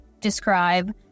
describe